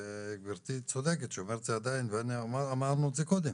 וגברתי צודקת ואמרנו את זה קודם,